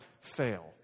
fail